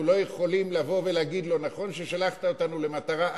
ואנחנו לא יכולים לבוא ולהגיד לו: נכון ששלחת אותנו למטרה א',